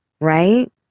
right